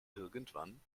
irgendwann